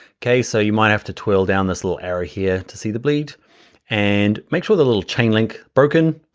okay, so you might have to twirl down this little arrow here to see the bleed and make sure the little chain link broken,